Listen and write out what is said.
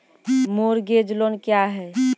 Mortgage loan क्या है?